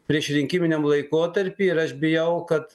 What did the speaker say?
priešrinkiminiam laikotarpy ir aš bijau kad